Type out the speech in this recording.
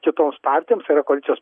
kitoms partijoms yra koalicijos